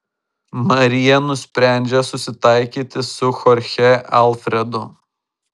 marija nusprendžia susitaikyti su chorche alfredu